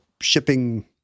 shipping